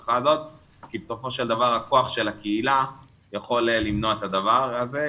כי בסופו של דבר הכוח של הקהילה יכול למנוע את הדבר הזה.